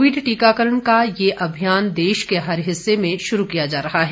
Covid टीकाकरण का यह अभियान देश के हर हिस्से में शुरू किया जा रहा है